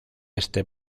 este